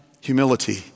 humility